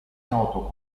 noto